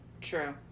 True